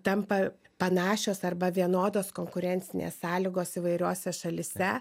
tampa panašios arba vienodos konkurencinės sąlygos įvairiose šalyse